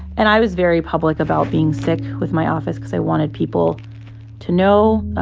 and i was very public about being sick with my office because i wanted people to know.